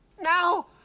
Now